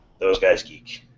thoseguysgeek